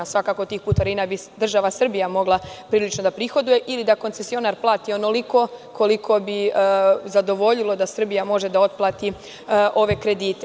Svakako tih putarina država Srbija bi mogla prilično da prihoduje ili da koncesionar plati onoliko koliko bi zadovoljilo da Srbija može da otplati ove kredite.